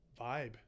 vibe